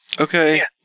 Okay